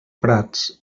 prats